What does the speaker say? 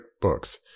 books